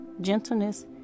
gentleness